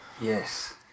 Yes